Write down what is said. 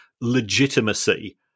legitimacy